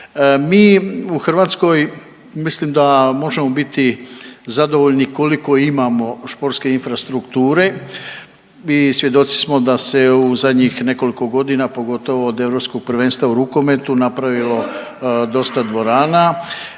Mi u Hrvatskoj mislim da možemo biti zadovoljni koliko imamo sportske infrastrukture i svjedoci smo da se u zadnjih nekoliko godina, pogotovo od europskog prvenstva u rukometu napravilo dosta dvorana.